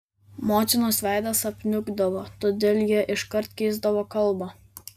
motinos veidas apniukdavo todėl jie iškart keisdavo kalbą